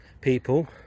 people